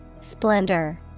Splendor